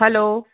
hello